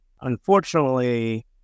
unfortunately